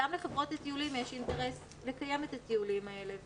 גם לחברות הטיולים יש אינטרס לקיים את הטיולים האלה.